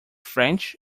french